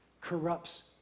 corrupts